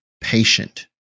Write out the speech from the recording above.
patient